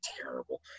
terrible